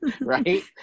Right